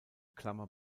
klammer